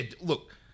look